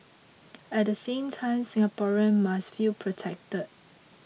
at the same time Singaporeans must feel protected